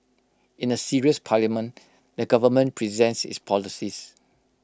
in A serious parliament the government presents its policies